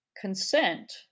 consent